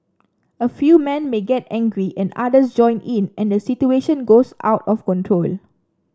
a few men may get angry and others join in and the situation goes out of control